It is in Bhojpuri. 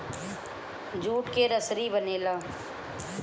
जूट से रसरी बनेला